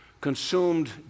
consumed